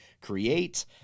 create